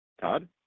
Todd